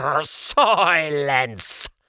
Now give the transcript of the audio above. Silence